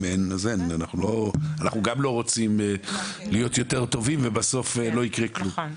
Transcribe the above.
אם אין אז אין אנחנו גם לא רוצים להיות יותר טובים ובסוף לא יקרה כלום.